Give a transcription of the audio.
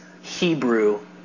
Hebrew